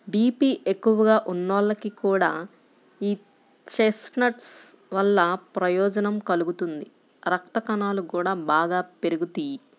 BP ఎక్కువగా ఉన్నోళ్లకి కూడా యీ చెస్ట్నట్స్ వల్ల ప్రయోజనం కలుగుతుంది, రక్తకణాలు గూడా బాగా పెరుగుతియ్యి